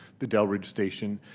the dell ridge station,